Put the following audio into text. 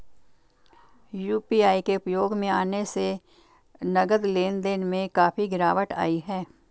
UPI के उपयोग में आने से नगद लेन देन में काफी गिरावट आई हैं